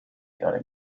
اداره